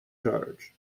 charge